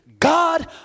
God